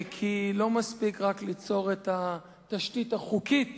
כי לא מספיק רק ליצור את התשתית החוקית